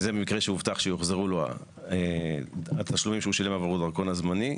זה במקרה שהובטח שיוחזרו לו התשלומים שהוא שילם עבור הדרכון הזמני.